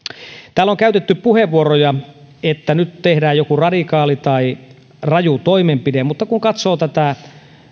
täällä on käytetty puheenvuoroja että nyt tehdään joku radikaali tai raju toimenpide mutta kun katsoo tätä